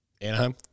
Anaheim